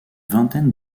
vingtaine